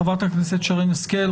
חברת הכנסת שרן השכל,